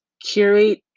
curate